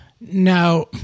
Now